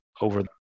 over